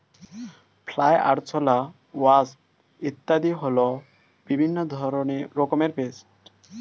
fly, আরশোলা, wasp ইত্যাদি হল বিভিন্ন রকমের পেস্ট